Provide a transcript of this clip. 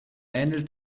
ähnelt